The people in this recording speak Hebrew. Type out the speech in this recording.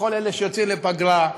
לכל אלה שיוצאים לפגרה,